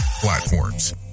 platforms